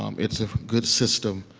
um it's a good system,